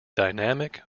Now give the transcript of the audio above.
dynamic